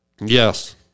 Yes